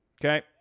okay